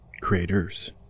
creators